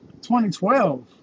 2012